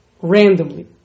randomly